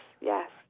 Yes